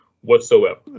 whatsoever